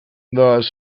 thus